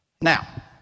Now